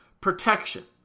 protection